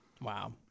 Wow